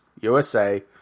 USA